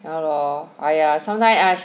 ya lor !aiya! sometime ah